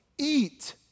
Eat